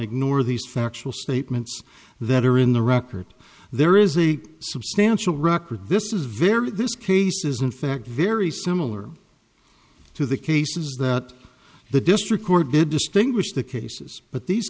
ignore these factual statements that are in the record there is a substantial record this is very this case is in fact very similar to the cases that the district court did distinguish the cases but these